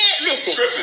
listen